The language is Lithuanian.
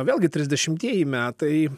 vėlgi trisdešimtieji metai